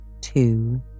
Two